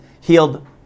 healed